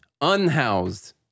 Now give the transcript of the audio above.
unhoused